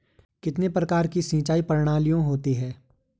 कितने प्रकार की सिंचाई प्रणालियों होती हैं?